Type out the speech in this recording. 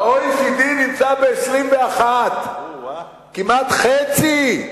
ה-OECD נמצא ב-21%, כמעט חצי.